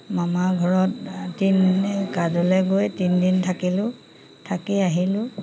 মামাৰ ঘৰত তিন কাজলে গৈ তিনিদিন থাকিলোঁ থাকি আহিলোঁ